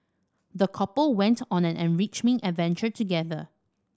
the couple went on an enriching adventure together